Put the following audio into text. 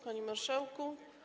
Panie Marszałku!